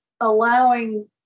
allowing